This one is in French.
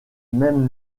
même